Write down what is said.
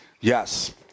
Yes